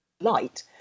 light